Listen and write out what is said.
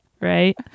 right